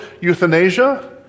euthanasia